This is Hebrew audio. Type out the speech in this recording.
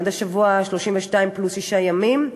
עד השבוע ה-32 פלוס שישה ימים.